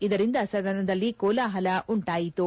ಇದರಿಂದ ಸದನದಲ್ಲಿ ಕೋಲಾಹಲ ಉಂಟಾಯಿತು